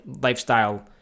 lifestyle